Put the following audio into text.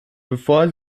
bevor